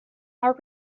our